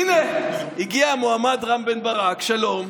הינה, הגיע המועמד רם בן ברק, שלום.